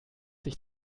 sich